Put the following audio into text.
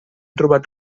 trobat